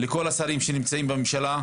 לכל השרים שנמצאים בממשלה,